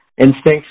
instincts